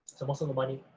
so, most of the money,